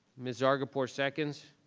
ms. zargarpur seconds.